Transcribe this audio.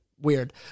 weird